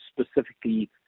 specifically